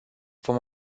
vom